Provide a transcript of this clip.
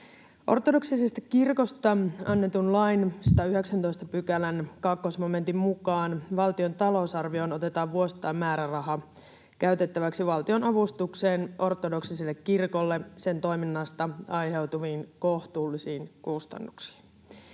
Ortodoksisesta kirkosta annetun lain 119 §:n 2 momentin mukaan valtion talousarvioon otetaan vuosittain määräraha käytettäväksi valtionavustukseen ortodoksiselle kirkolle sen toiminnasta aiheutuviin kohtuullisiin kustannuksiin.